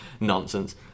nonsense